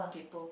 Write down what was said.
kaypo